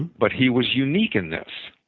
but he was unique in this.